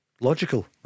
Logical